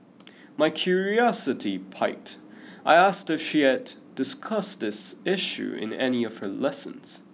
my curiosity piqued I asked if she had discussed this issue in any of her lessons